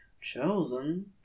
chosen